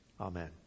Amen